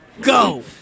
go